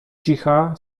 cicha